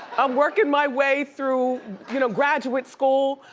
i'm workin' my way through you know graduate school.